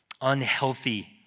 unhealthy